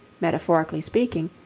metaphorically speaking,